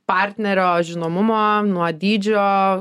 partnerio žinomumo nuo dydžio